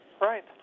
Right